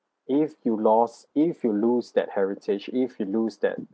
if you loss if you lose that heritage if you lose that